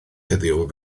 heddiw